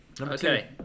Okay